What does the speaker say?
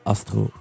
Astro